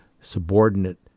subordinate